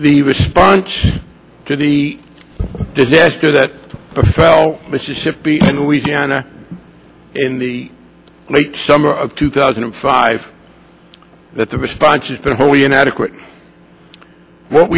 the response to the disaster that befell mississippi and louisiana in the late summer of two thousand and five that the responses are wholly inadequate what